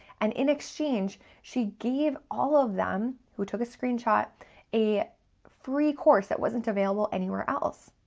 and in exchange, she gave all of them who took a screenshot a free course that wasn't available anywhere else.